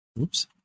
oops